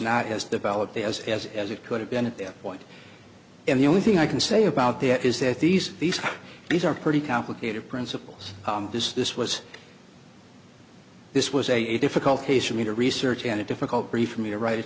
not as developed as as as it could have been at this point and the only thing i can say about that is that these these these are pretty complicated principles this this was this was a a difficult case for me to research and a difficult brief for me to write it